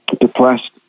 depressed